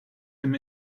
him